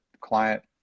client